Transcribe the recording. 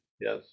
Yes